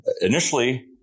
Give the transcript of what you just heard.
initially